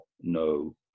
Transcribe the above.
no